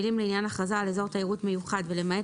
המילים "לעניין הכרזה על אזור תיירות מיוחד" ו"למעט